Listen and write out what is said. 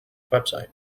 website